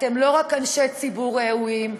אתם לא רק אנשי ציבור ראויים,